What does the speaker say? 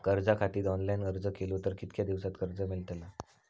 कर्जा खातीत ऑनलाईन अर्ज केलो तर कितक्या दिवसात कर्ज मेलतला?